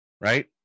right